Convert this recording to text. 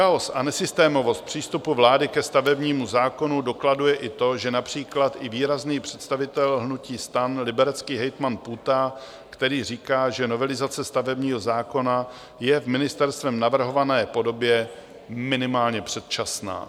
Chaos a nesystémovost přístupu vlády ke stavebnímu zákonu dokladuje i to, že například i výrazný představitel hnutí STAN, liberecký hejtman Půta, říká, že novelizace stavebního zákona je v ministerstvem navrhované podobě minimálně předčasná.